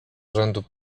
rzędu